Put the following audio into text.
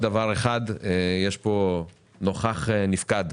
יש פה נוכח-נפקד,